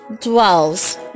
dwells